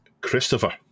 Christopher